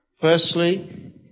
Firstly